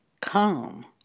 Come